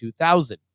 2000